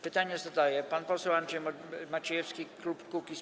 Pytanie zadaje pan poseł Andrzej Maciejewski, klub Kukiz’15.